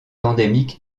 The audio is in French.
endémique